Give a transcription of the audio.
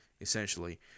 essentially